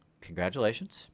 congratulations